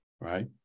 Right